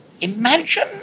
Imagine